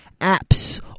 apps